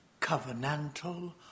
covenantal